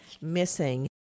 missing